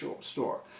store